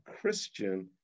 Christian